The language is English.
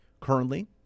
Currently